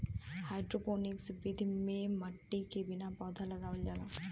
hydroponics विधि में मट्टी के बिना पौधा उगावल जाला